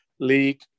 league